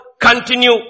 continue